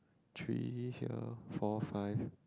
three here four five